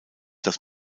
das